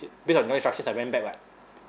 based on your instruction I went back [what]